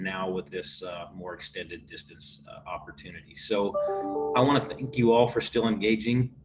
now with this more extended distance opportunity. so i want to thank you all for still engaging.